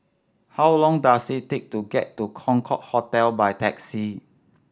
how long does it take to get to Concorde Hotel by taxi